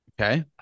Okay